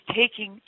taking